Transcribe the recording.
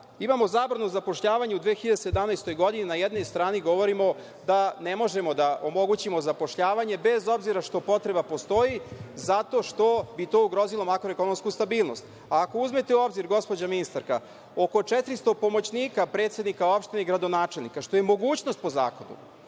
zabranu zapošljavanja u 2017. godini i na jednoj strani govorimo da ne možemo da omogućimo zapošljavanje, bez obzira što potreba postoji, zato što bi to ugrozilo makroekonomsku stabilnost. Ako uzmete u obzir, gospođo ministarka, oko 400 pomoćnika predsednika opština i gradonačelnika, što je mogućnost po zakonu